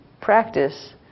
practice